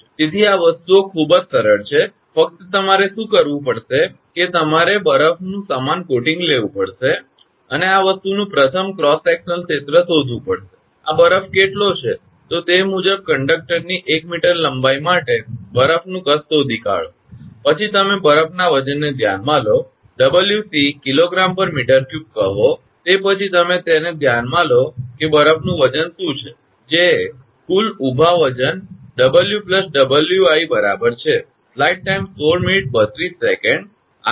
તેથી આ વસ્તુઓ ખૂબ જ સરળ છે ફક્ત તમારે શું કરવુ પડશે કે તમારે બરફનું સમાન કોટિંગ લેવું પડશે અને આ વસ્તુનું પ્રથમ ક્રોસ સેકશનલ ક્ષેત્ર શોધવુ પડશે આ બરફ કેટલો છે તો તે મુજબ કંડક્ટરની 1 મીટર લંબાઈ માટે બરફનું કદવોલ્યુમ શોધી કાઢો પછી તમે બરફના વજનને ધ્યાનમાં લો 𝑊𝑐 𝐾𝑔 𝑚3 કહો તે પછી તમે તેને ધ્યાનમાં લો કે બરફનું વજન શું છે જે કુલ ઊભા વજન 𝑊 𝑊𝑖 બરાબર છે